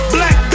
Black